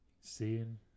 Seeing